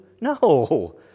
No